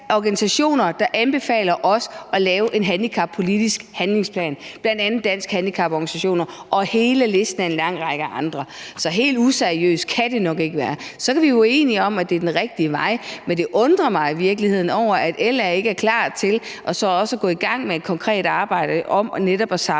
organisationer, der anbefaler os at lave en handicappolitisk handlingsplan, bl.a. Danske Handicaporganisationer og en hel liste af mange andre. Så helt useriøst kan det nok ikke være. Så kan vi være uenige om, om det er den rigtige vej eller ej, men det undrer mig i virkeligheden, at LA ikke er klar til også at gå i gang med et konkret arbejde om netop at samle